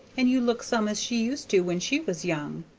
and you look some as she used to when she was young.